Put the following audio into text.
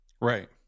Right